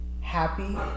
happy